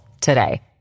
today